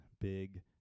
big